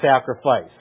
sacrifice